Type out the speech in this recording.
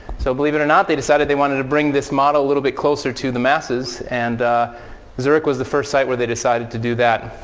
so, believe it or not, they decided they wanted to bring this model a little bit closer to the masses. and zurich was the first site where they decided to do that.